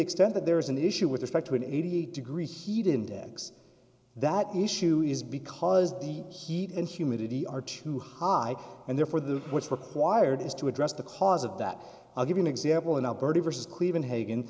extent that there is an issue with respect to an eighty degree heat index that issue is because the heat and humidity are too high and therefore the what's required is to address the cause of that i'll give you an example in alberta versus cleve in hag